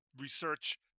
research